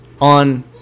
on